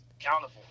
accountable